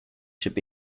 should